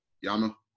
Yama